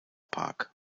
park